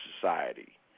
society